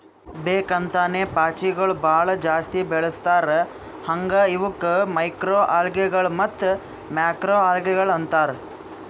ಬೇಕ್ ಅಂತೇನೆ ಪಾಚಿಗೊಳ್ ಭಾಳ ಜಾಸ್ತಿ ಬೆಳಸ್ತಾರ್ ಹಾಂಗೆ ಇವುಕ್ ಮೈಕ್ರೊಅಲ್ಗೇಗಳ ಮತ್ತ್ ಮ್ಯಾಕ್ರೋಲ್ಗೆಗಳು ಅಂತಾರ್